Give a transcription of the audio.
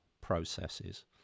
processes